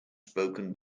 spoken